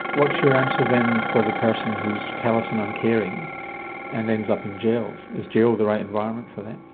what's your answer then for the person who is callous and uncaring and ends up in jail? is jail the right environment for them?